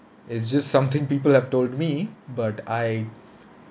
it's just something people have told me but I